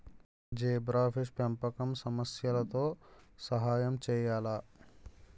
Zebrafish పెంపకం సమస్యలతో సహాయం చేయాలా?